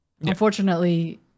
Unfortunately